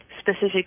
specific